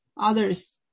others